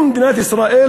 אם מדינת ישראל,